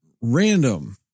random